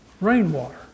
rainwater